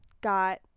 got